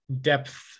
Depth